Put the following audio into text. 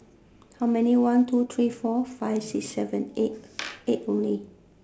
how many one two three four five six seven eight eight only